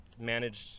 managed